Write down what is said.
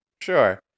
Sure